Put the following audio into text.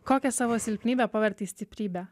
kokią savo silpnybę paverti stiprybe